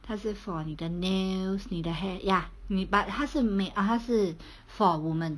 他是 for 你的 nails 你的 hair ya 女 but 他是 m~ err 他是 for woman